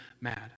mad